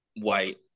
white